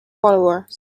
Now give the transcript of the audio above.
followers